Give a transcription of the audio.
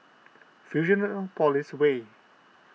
Fusionopolis Way